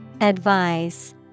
Advise